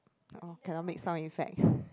orh cannot make sound effect